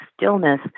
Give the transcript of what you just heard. stillness